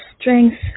strength